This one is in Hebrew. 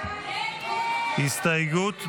הסתייגות 127,